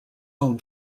own